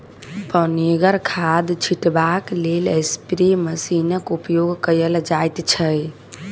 पनिगर खाद छीटबाक लेल स्प्रे मशीनक उपयोग कयल जाइत छै